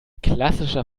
klassischer